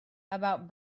about